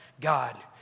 God